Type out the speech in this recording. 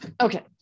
okay